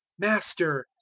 master,